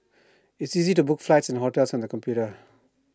IT is easy to book flights and hotels on the computer